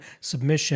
submission